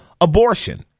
abortion